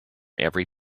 every